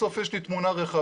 בסוף יש לי תמונה רחבה.